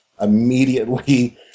Immediately